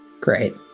Great